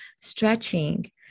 Stretching